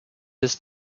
this